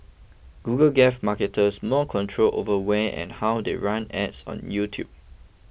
Google gave marketers more control over when and how they run ads on YouTube